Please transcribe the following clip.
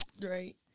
Right